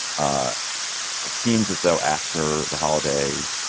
ah it seems as though after the holiday,